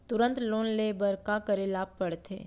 तुरंत लोन ले बर का करे ला पढ़थे?